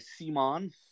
Simon